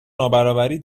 نابرابری